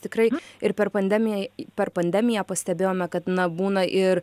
tikrai ir per pandemiją per pandemiją pastebėjome kad na būna ir